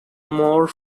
more